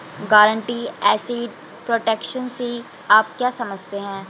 Guaranteed asset protection से आप क्या समझते हैं?